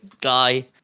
guy